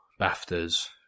BAFTAs